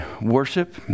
worship